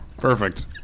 Perfect